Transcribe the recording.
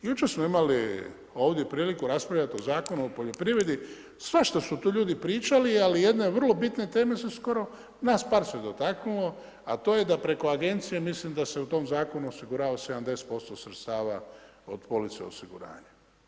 I jučer smo imali ovdje priliku raspravljati o Zakonu o poljoprivredi, svašta su tu ljudi pričali ali jedne vrlo bitne teme se skoro, nas par se dotaknulo a to je da preko agencija mislim da se u tom zakonu osiguravalo 70% sredstava od police osiguranja.